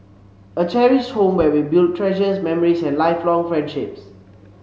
a cherished home where we build treasures memories and lifelong friendships